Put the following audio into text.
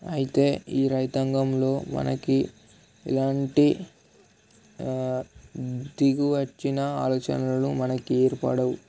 అయితే ఈ రైతాంగంలో మనకి ఎలాంటి దిగి వచ్చిన ఆలోచనలు మనకు ఏర్పడవు